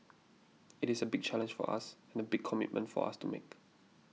it is a big challenge for us and a big commitment for us to make